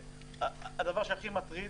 הדבר שהכי מטריד